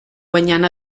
guanyant